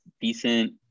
decent